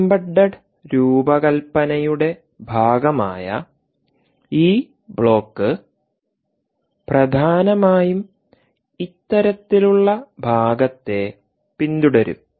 embedded രൂപകൽപ്പനയുടെ ഭാഗമായ ഈ ബ്ലോക്ക് പ്രധാനമായും ഇത്തരത്തിലുള്ള ഭാഗത്തെ പിന്തുടരും